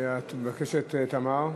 את מבקשת, תמר?